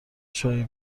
چای